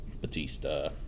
Batista